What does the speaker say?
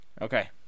Okay